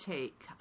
Take